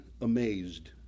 amazed